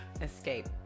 Escape